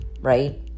right